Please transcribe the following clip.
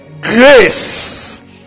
grace